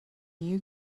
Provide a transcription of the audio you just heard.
you